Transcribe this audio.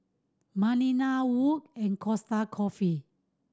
Balina Wood and Costa Coffee